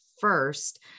first